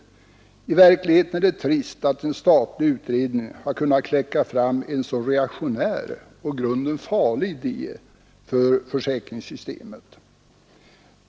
I verkligheten är det trist att en statlig utredning har kunnat kläcka fram en så reaktionär och för försäkringssystemet i grunden farlig idé.